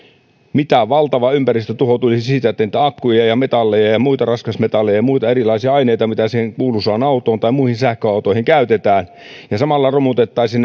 miten valtava ympäristö tuhoutuisi siitä että niitä akkuja metalleja muita raskasmetalleja ja muita erilaisia aineita joita siihen kuuluisaan autoon tai muihin sähköautoihin käytetään ja samalla romutettaisiin